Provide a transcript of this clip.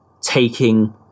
taking